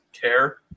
care